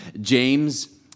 James